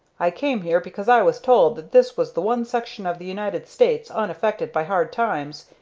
i came here because i was told that this was the one section of the united states unaffected by hard times,